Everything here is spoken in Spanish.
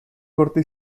corte